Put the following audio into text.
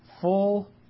full